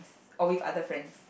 or with other friends